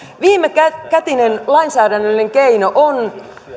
viimekätinen lainsäädännöllinen keino on